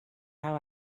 how